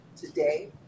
today